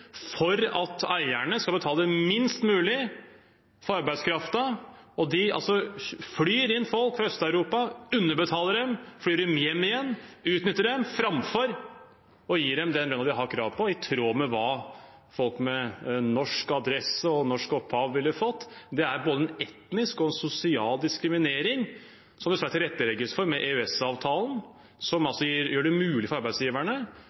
for at eierne skal betale minst mulig for arbeidskraften. De flyr inn folk fra Øst-Europa, underbetaler dem, flyr dem hjem igjen og utnytter dem framfor å gi dem den lønnen de har krav på, i tråd med hva folk med norsk adresse og norsk opphav ville fått. Dette er både etnisk og sosial diskriminering som det dessverre tilrettelegges for med EØS-avtalen, som gjør det mulig for arbeidsgiverne